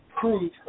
prove